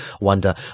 wonder